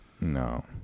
No